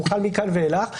הוא חל מכאן ואילך.